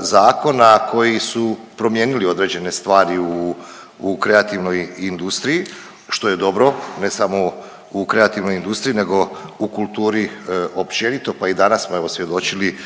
zakona koji su promijenili određene stvari u, u kreativnoj industriji, što je dobro ne samo u kreativnoj industriji nego u kulturi općenito pa i danas smo evo svjedočili